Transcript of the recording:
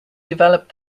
developed